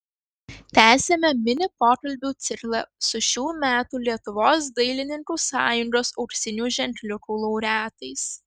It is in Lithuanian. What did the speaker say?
tęsiame mini pokalbių ciklą su šių metų lietuvos dailininkų sąjungos auksinių ženkliukų laureatais